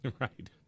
Right